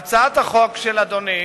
בהצעת החוק של אדוני